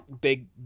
big